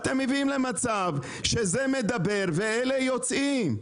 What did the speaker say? אתם גורמים למצב שאחד מדבר והשני יוצא מהחדר.